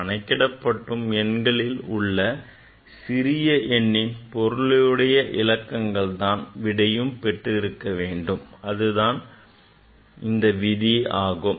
கணக்கிடும் எண்களில் உள்ள சிறிய எண்ணின் பொருளுடைய இலக்கங்களை தான் விடையும் பெற்றிருக்க வேண்டும் என்பது தான் விதி ஆகும்